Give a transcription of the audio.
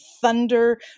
thunder